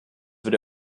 wird